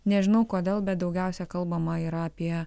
nežinau kodėl bet daugiausia kalbama yra apie